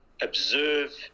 observe